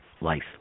life